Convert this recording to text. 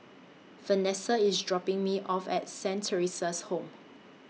Vanesa IS dropping Me off At Saint Theresa's Home